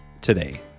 today